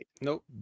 Nope